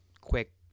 quick